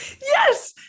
Yes